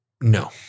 No